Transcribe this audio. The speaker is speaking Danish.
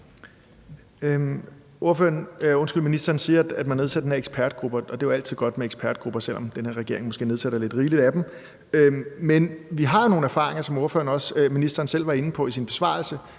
Ministeren siger, at man har nedsat den her ekspertgruppe, og det er jo altid godt med ekspertgrupper, selv om den her regering måske nedsætter lidt rigeligt af dem, men vi har jo, som ministeren også selv var inde på i sin besvarelse,